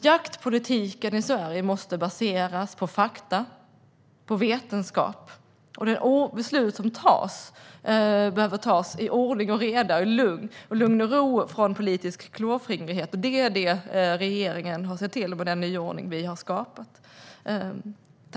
Jaktpolitiken i Sverige måste baseras på fakta och vetenskap. Det ska vara ordning och reda när beslut tas, och det ska ske i lugn och ro. Det ska inte vara någon politisk klåfingrighet. Det är detta som regeringen har sett till med den nyordning som vi har skapat.